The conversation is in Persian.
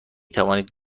توانید